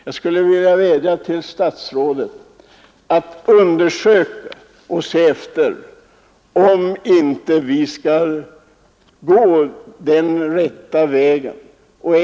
Jag skulle vilja vädja till statsrådet att undersöka om inte vi skall gå den rätta vägen.